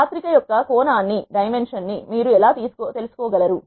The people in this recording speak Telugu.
మాత్రిక యొక్క కోణాన్ని మీరు ఎలా తెలుసుకో గలరు